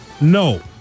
No